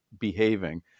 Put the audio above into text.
behaving